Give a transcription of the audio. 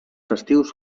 festius